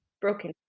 broken